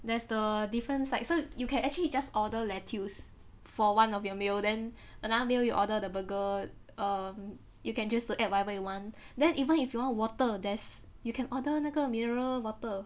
there's the different sides so you can actually just order lettuce for one of your meal then another meal you order the burger um you can choose to add whatever you want then even if you want water there's you can order 那个 mineral water